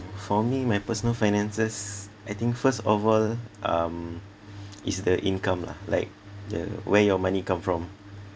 for me my personal finances I think first of all um is the income lah like the where your money come from